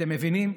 אתם מבינים?